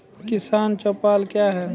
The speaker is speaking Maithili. किसान चौपाल क्या हैं?